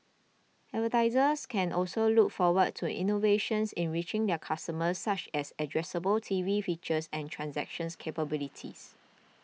advertisers can also look forward to innovations in reaching their customers such as addressable T V features and transactions capabilities